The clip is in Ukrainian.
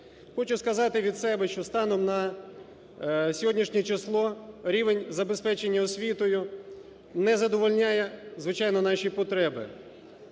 Хочу сказати від себе, що станом на сьогоднішнє число рівень забезпечення освітою не задовольняє, звичайно, наші потреби.